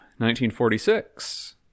1946